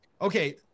okay